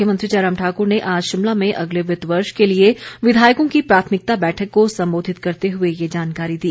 मुख्यमंत्री जयराम ठाकुर ने आज शिमला में अगले वित्त वर्ष के लिए विधायकों की प्राथमिकता बैठक को संबोधित करते हुए ये जानकारी दी